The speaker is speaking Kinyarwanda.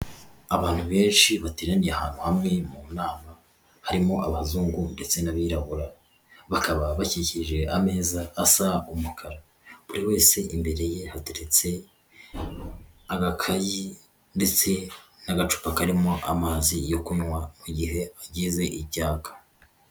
Abantu benshi bateraniye ahantu hamwe mu nama harimo abazungu ndetse n'abirabura, bakaba bakikije ameza asa umukara, buri wese imbere ye hateretse agakayi ndetse n'agacupa karimo amazi yo kunywa mu gihe agjze icyaka.